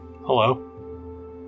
Hello